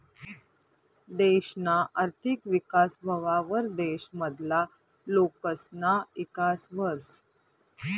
देशना आर्थिक विकास व्हवावर देश मधला लोकसना ईकास व्हस